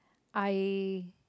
I